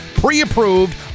pre-approved